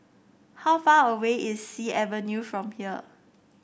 how far away is Sea Avenue from here